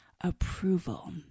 approval